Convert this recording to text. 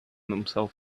himself